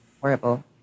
Horrible